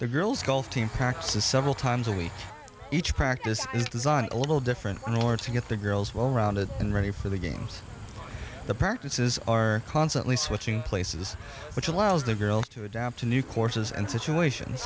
the girls golf team practices several times a week each practice is designed a little different in order to get the girls well rounded and ready for the games the practices are constantly switching places which allows the girls to adapt to new courses and situations